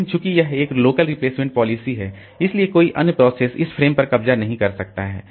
लेकिन चूंकि यह एक लोकल रिप्लेसमेंट पॉलिसी है इसलिए कोई अन्य प्रोसेस इस फ़्रेम पर कब्जा नहीं कर सकता है